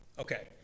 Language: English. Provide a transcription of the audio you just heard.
Okay